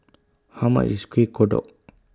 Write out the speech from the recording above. How much IS Kueh Kodok